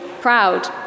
proud